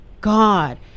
God